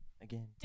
again